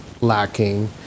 lacking